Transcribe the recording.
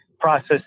Process